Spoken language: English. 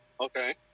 Okay